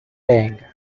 bing